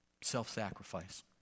self-sacrifice